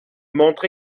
montre